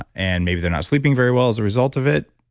and maybe they're not sleeping very well as a result of it,